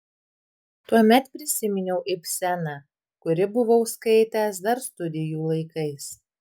tuomet prisiminiau ibseną kurį buvau skaitęs dar studijų laikais